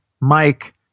Mike